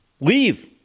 Leave